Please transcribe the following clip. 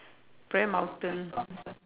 prayer mountain